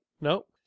Nope